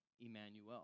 Emmanuel